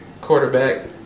quarterback